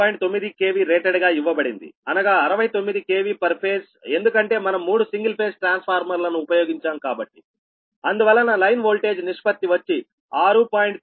9 KV rated గా ఇవ్వబడింది అనగా 69 KV పర్ ఫేజ్ ఎందుకంటే మనం మూడు సింగిల్ ఫేజ్ ట్రాన్స్ఫార్మర్లను ఉపయోగించాం కాబట్టిఅందువలన లైన్ ఓల్టేజ్ నిష్పత్తి వచ్చి 6